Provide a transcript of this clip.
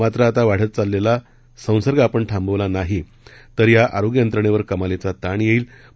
मात्र आता वाढत चाललेली संसर्ग आपण थांबवला नाही तर या आरोग्य यंत्रणात्त्व कमालीचा ताण यर्ट्वित